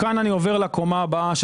מכאן אני עובר לקומה הבאה,